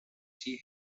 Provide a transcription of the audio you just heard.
she